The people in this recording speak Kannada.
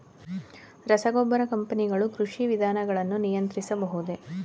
ರಸಗೊಬ್ಬರ ಕಂಪನಿಗಳು ಕೃಷಿ ವಿಧಾನಗಳನ್ನು ನಿಯಂತ್ರಿಸಬಹುದೇ?